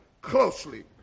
closely